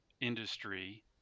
industry